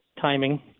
timing